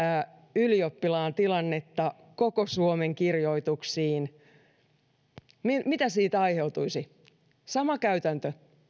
ylioppilaan tilannetta koko suomen kirjoituksiin mitä siitä aiheutuisi sama käytäntö